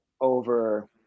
over